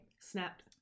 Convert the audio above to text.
Snapped